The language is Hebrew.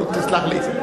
לא, תסלח לי.